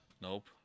nope